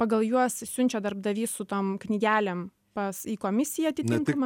pagal juos siunčia darbdavys su tom knygelėm pas į komisiją atitinkamą